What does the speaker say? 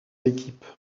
équipes